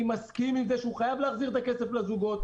אני מסכים שהוא חייב להחזיר את הכסף לזוגות,